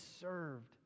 served